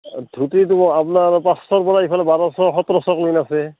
ধুতিটো আপোনাৰ পাঁচশৰ পৰা ইফালে বাৰশ সোতৰশলৈকে আছে